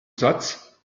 satz